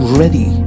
ready